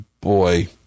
boy